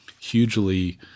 hugely